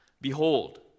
Behold